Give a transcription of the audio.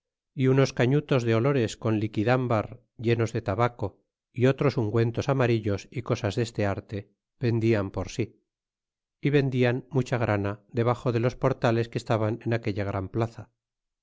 y unos cañutos de olores con liquidambar llenos de tabaco y otros ungüentos amarillos y cosas deste arto ventilan por sí y vendian mucha grana debaxo de los portales que estaban en aquella gran plaza